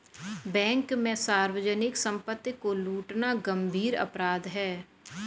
bank में सार्वजनिक सम्पत्ति को लूटना गम्भीर अपराध है